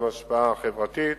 גם השפעה חברתית